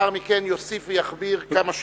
לאחר מכן יוסיף ויכביר כמה שירצה.